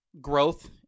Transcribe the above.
growth